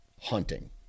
hunting